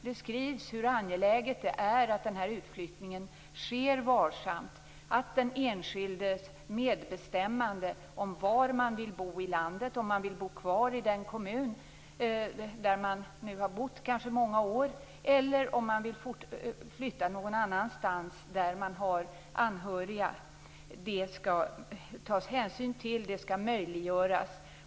Det skrivs om hur angeläget det är att utflyttningen sker varsamt, att det skall tas hänsyn till den enskildes medbestämmande om var denne vill bo i landet, om han vill bo kvar i den kommun där han har bott i många år, eller flytta någon annanstans där det finns anhöriga.